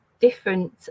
different